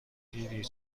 دیدی